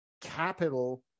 capital